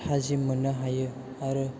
थाजिम मोननो हायो आरो